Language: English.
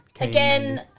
again